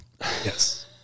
Yes